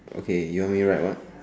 okay you want me write what